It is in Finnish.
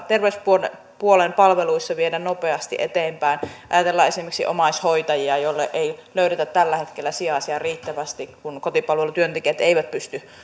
terveyspuolen palveluissa viedä nopeasti eteenpäin ajatellaan esimerkiksi omaishoitajia joille ei löydetä tällä hetkellä sijaisia riittävästi kun kotipalvelutyöntekijät eivät pysty